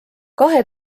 kahe